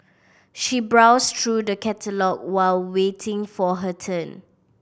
she browsed through the catalogue while waiting for her turn